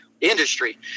industry